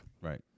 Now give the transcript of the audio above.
Right